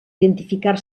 identificar